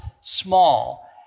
small